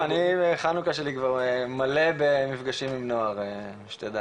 אני חנוכה שלי כבר מלא במפגשים עם נוער שתדע,